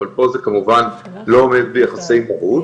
אבל פה זה כמובן לא עומד ביחסי מרות,